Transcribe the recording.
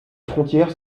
frontière